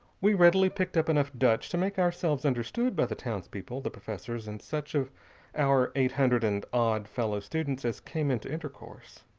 we readily picked up enough dutch to make ourselves understood by the townspeople, the professors, and such of our eight hundred and odd fellow students as came into intercourse.